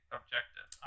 objective